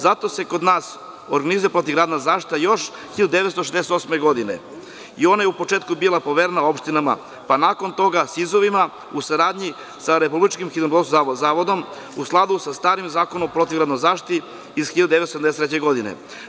Zato se kod nas organizuje protivgradna zaštita još od 1968. godine i ona je u početku bila poverena opština, pa nakon toga SIZ-ovima, u saradnji sa RHMZ, u skladu sa starim Zakonom o protivgradnoj zaštiti iz 1973. godine.